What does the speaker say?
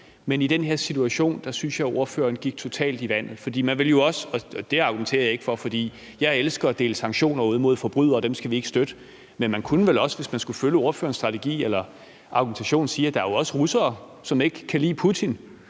Men i den her situation synes jeg at ordføreren faldt totalt i vandet. Og jeg elsker at dele sanktioner ud til forbrydere, og dem skal vi ikke støtte. Men man kunne vel også, hvis man skulle følge ordførerens argumentation, sige, at der jo også er russere, som ikke kan lide Putin,